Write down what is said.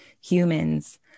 humans